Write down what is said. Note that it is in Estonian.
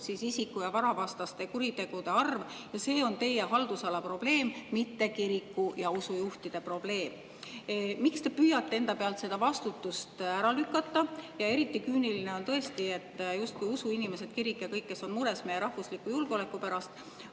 isiku- ja varavastaste kuritegude arv. Ja see on teie haldusala probleem, mitte kiriku ja usujuhtide probleem. Miks te püüate enda pealt seda vastutust ära lükata? Eriti küüniline on tõesti, et justkui usuinimesed, kirik ja kõik, kes on mures meie rahvusliku julgeoleku pärast,